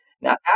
Now